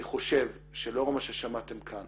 אני חושב שלאור מה ששמעתם כאן